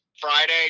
Friday